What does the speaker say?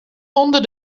ûnder